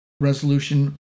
resolution